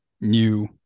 new